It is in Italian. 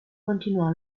continuò